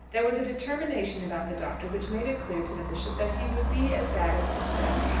there was a determination about the doctor which made it clear to the bishop that he would be as bad as he said.